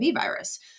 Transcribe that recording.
virus